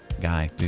guy